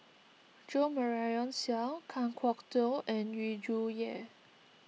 Jo Marion Seow Kan Kwok Toh and Yu Zhuye